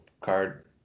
card